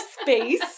space